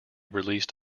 released